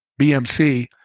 BMC